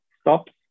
stops